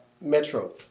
Metro